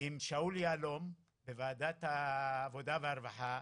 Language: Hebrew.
עם שאול יהלום בוועדת העבודה והרווחה,